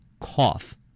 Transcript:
cough